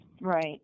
right